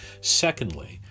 Secondly